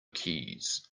keys